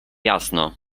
jasno